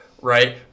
right